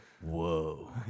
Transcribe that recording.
whoa